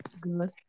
Good